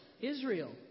Israel